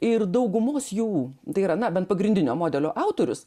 ir daugumos jų tai yra na bent pagrindinio modelio autorius